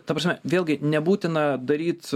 ta prasme vėlgi nebūtina daryt